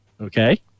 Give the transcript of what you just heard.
Okay